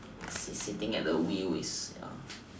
sit sitting at the wheel is